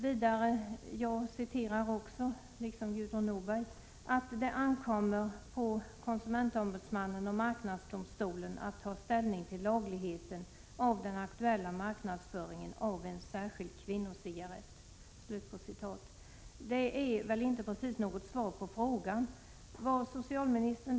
Hon säger — jag vill också som Gudrun Norberg citera ur svaret — att det ankommer på konsumentombudsmannen och marknadsdomstolen att ”ta ställning till frågan om lagligheten av den aktuella marknadsföringen av en särskild kvinnocigarett”. Det är inte precis något svar på frågan.